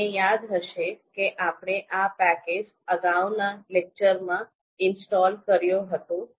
તમને યાદ હશે કે આપણે આ પેકેજ અગાઉના લેક્ચરમાં ઇન્સ્ટોલ કર્યું હતું